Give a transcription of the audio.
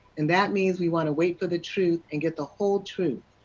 and that means we want to wait for the truth, and get the whole truth.